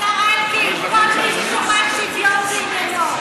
השר אלקין, כל מי ששוחר שוויון זה עניינו.